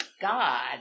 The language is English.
god